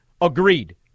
agreed